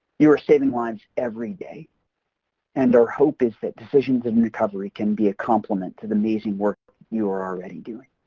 you're saving lives every day and our hope is that decisions in recovery can be a compliment to the amazing work you are already doing.